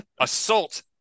Assault